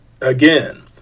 Again